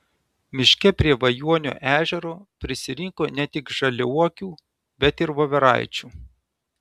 miške prie vajuonio ežero prisirinko ne tik žaliuokių bet ir voveraičių